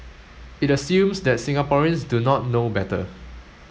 it assumes that Singaporeans do not know better